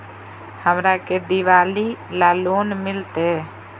हमरा के दिवाली ला लोन मिलते?